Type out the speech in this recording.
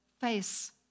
face